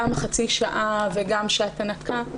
גם חצי שעה וגם שעת הנקה,